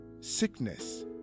sickness